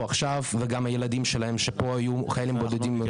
עכשיו וגם הילדים שלהם שפה יהיו חיילים בודדים.